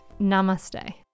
Namaste